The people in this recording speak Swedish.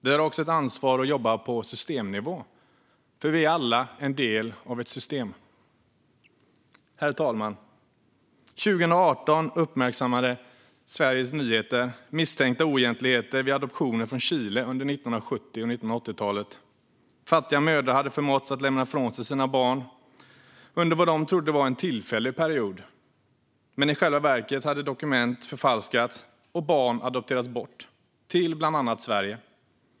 Vi har också ett ansvar att jobba på systemnivå, för vi är alla en del av ett system. Herr talman! År 2018 uppmärksammade Sveriges Televisions Nyheter misstänkta oegentligheter vid adoptioner från Chile under 1970 och 1980-talen. Fattiga mödrar hade förmåtts att lämna ifrån sig sina barn under vad de trodde var en tillfällig period, men i själva verket hade dokument förfalskats och barn adopterats bort till bland annat Sverige.